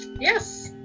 yes